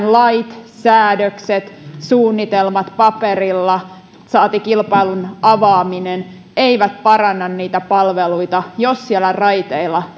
lait säädökset suunnitelmat paperilla saati kilpailun avaaminen eivät paranna palveluita jos siellä raiteilla